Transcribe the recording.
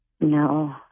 No